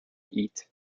eat